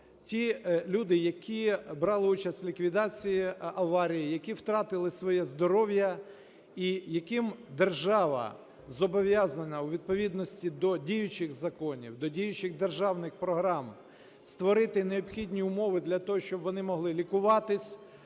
ті люди, які брали участь в ліквідації аварії, які втратили своє здоров'я і яким держава зобов'язана у відповідності до діючих законів, до діючих державних програм створити необхідні умови для того, щоб вони могли лікуватись,